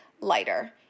lighter